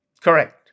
Correct